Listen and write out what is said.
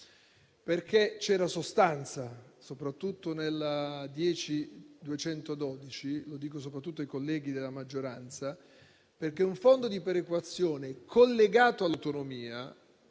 perché c'era sostanza, soprattutto nell'emendamento 10.212 e lo dico soprattutto ai colleghi della maggioranza. Un Fondo di perequazione collegato all'autonomia